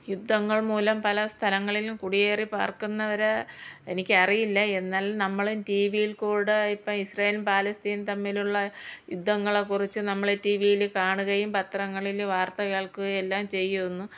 യുദ്ധങ്ങൾ മൂലം പല സ്ഥലങ്ങളിലും കുടിയേറി പാർക്കുന്നവരെ എനിക്കറിയില്ല എന്നാലും നമ്മളും ടി വിയിൽ കൂടെ ഇപ്പം ഇസ്രയേലും പാലസ്തീനും തമ്മിലുള്ള യുദ്ധങ്ങളെക്കുറിച്ച് നമ്മള് ടി വിയിൽ കാണുകയും പത്രങ്ങളിൽ വാർത്ത കേൾക്കുകയെല്ലാം ചെയ്യുന്നു